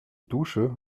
dusche